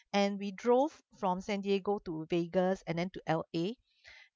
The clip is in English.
and we drove from san diego to vegas and then to L_A